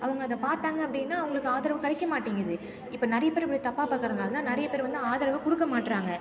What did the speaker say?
அவங்க அதை பார்த்தாங்க அப்படின்னா அவங்களுக்கு ஆதரவு கிடைக்க மாட்டேங்குது இப்போ நிறைய பேர் இப்படி தப்பாக பார்க்கறதுனால தான் நிறைய பேர் வந்து ஆதரவு கொடுக்க மாட்றாங்க